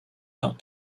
not